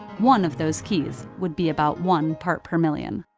one of those keys would be about one part per million.